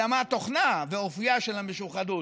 אלא מה תוכנה ואופייה של המשוחדות.